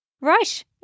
Right